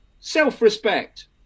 Self-respect